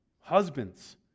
Husbands